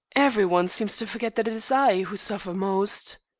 every one seems to forget that it is i who suffer most.